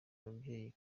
ababyeyi